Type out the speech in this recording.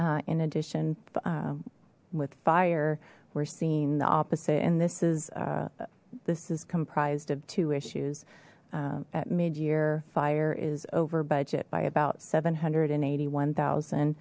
savings in addition with fire we're seeing the opposite and this is this is comprised of two issues at mid year fire is over budget by about seven hundred and eighty one thousand